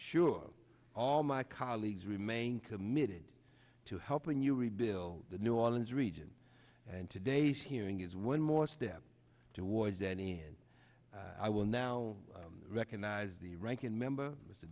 sure all my colleagues remain committed to helping you rebuild the new orleans region and today's hearing is one more step towards that end i will now recognize the ranking member